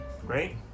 Great